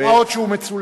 מה עוד שהוא מצולם,